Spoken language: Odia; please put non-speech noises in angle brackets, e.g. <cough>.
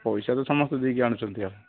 ପଇସା ତ ସମସ୍ତେ ଦେଇକି ଆଣୁଛନ୍ତି <unintelligible>